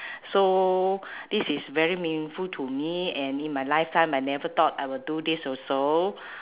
so this is very meaningful to me and in my lifetime I never thought I will do this also